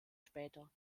später